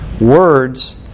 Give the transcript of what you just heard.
Words